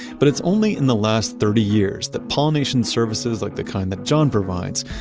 but it's only in the last thirty years that pollination services, like the kind that john provides,